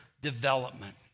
development